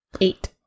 Eight